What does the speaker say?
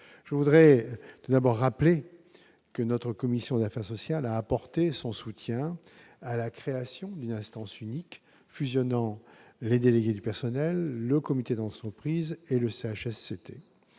dans notre assemblée. Notre commission des affaires sociales a apporté son soutien à la création d'une instance unique fusionnant les délégués du personnel, le comité d'entreprise et le CHSCT.